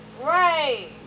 Right